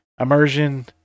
Immersion